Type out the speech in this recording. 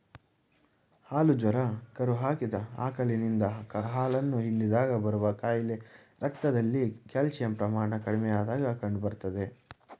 ಹಾಲು ಜ್ವರ ಕರು ಹಾಕಿದ ಆಕಳಿನಿಂದ ಹಾಲನ್ನು ಹಿಂಡಿದಾಗ ಬರುವ ಕಾಯಿಲೆ ರಕ್ತದಲ್ಲಿ ಕ್ಯಾಲ್ಸಿಯಂ ಪ್ರಮಾಣ ಕಡಿಮೆಯಾದಾಗ ಕಂಡುಬರ್ತದೆ